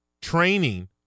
training